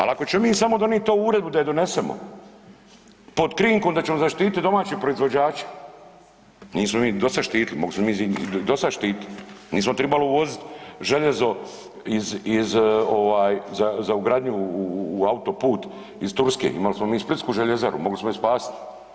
Ali ako ćemo mi samo donijet ovu uredbu da je donesemo pod krinkom da ćemo zaštiti domaće proizvođače, nismo ih ni do sada štitili, mogli smo mi njih i do sada štititi, nismo trebali uvoziti željezo za ugradnju u autoput iz Turske, imali smo mi Splitsku željezaru mogli smo je spasiti.